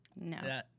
No